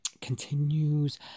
continues